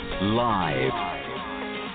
live